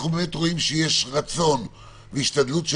אנחנו באמת רואים שיש רצון והשתדלות של